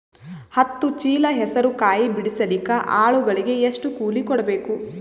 ಹತ್ತು ಚೀಲ ಹೆಸರು ಕಾಯಿ ಬಿಡಸಲಿಕ ಆಳಗಳಿಗೆ ಎಷ್ಟು ಕೂಲಿ ಕೊಡಬೇಕು?